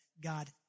God